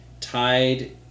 tied